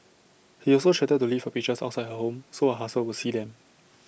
he also threatened to leave her pictures outside her home so her husband would see them